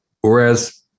whereas